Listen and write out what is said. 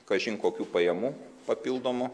kažin kokių pajamų papildomų